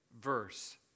verse